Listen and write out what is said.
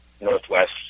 northwest